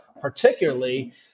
particularly